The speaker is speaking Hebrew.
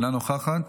אינה נוכחת,